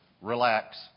Relax